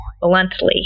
Bluntly